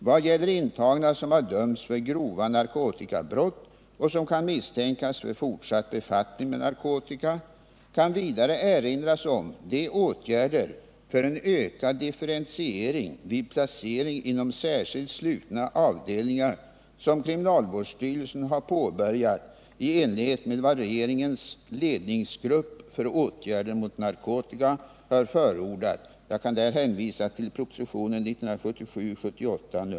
Vad gäller intagna, som har dömts för grova narkotikabrott och som kan misstänkas för fortsatt befattning med narkotika, kan vidare erinras om de åtgärder för en ökad differentiering vid placering inom särskilt slutna avdelningar som kriminalvårdsstyrelsen har påbörjat i enlighet med vad regeringens ledningsgrupp för åtgärder mot narkotika har förordat .